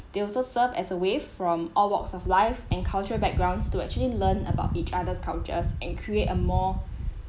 they also serve as a way from all walks of life and cultural backgrounds to actually learn about each other's cultures and create a more